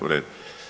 U redu.